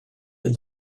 did